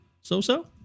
so-so